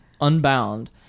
unbound